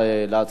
בבקשה.